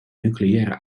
nucleaire